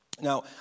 Now